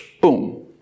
boom